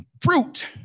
fruit